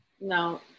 No